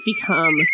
become